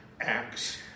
Acts